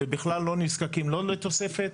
ובכלל לא נזקקים לתוספת.